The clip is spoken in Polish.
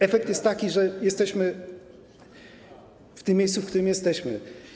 Efekt jest taki, że jesteśmy w tym miejscu, w którym jesteśmy.